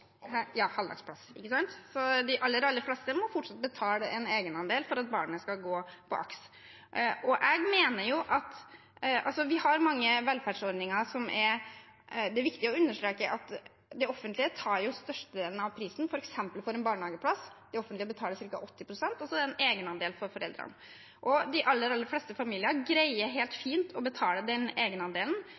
Halvdagsplass. Halvdagsplass, ja. De aller, aller fleste må fortsatt betale en egenandel for at barnet skal gå på AKS. Det er viktig å understreke at det offentlige tar størstedelen av prisen for f.eks. en barnehageplass – det offentlige betaler ca. 80 pst., og så er det en egenandel for foreldrene. De aller, aller fleste familier greier helt fint å betale den egenandelen,